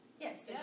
Yes